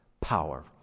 power